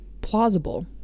Plausible